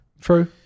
true